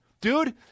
dude